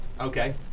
Okay